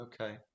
okay